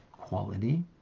quality